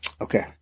okay